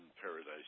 Paradise